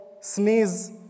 sneeze